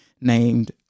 named